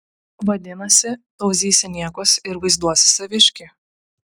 vadinasi tauzysi niekus ir vaizduosi saviškį